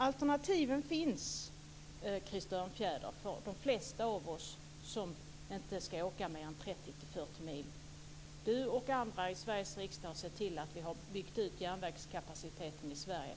Alternativen finns, Krister Örnfjäder, för de flesta av oss som inte ska åka mer än 30-40 mil. Krister Örnfjäder och andra i Sveriges riksdag har sett till att vi har byggt ut järnvägskapaciteten i Sverige.